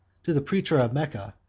to the preacher of mecca,